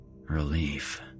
Relief